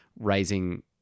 raising